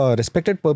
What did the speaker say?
respected